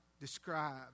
describe